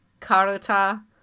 Karuta